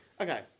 okay